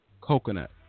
coconut